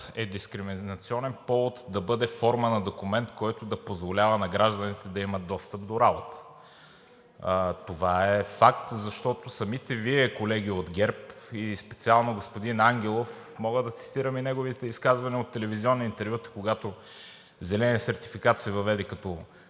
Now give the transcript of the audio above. е дискриминационен повод да бъде форма на документ, който да позволява на гражданите да имат достъп до работа. Това е факт. Защото самите Вие, колеги от ГЕРБ, и специално господин Ангелов, мога да цитирам и неговите изказвания от телевизионни интервюта, когато зеленият сертификат се въведе като